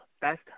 Best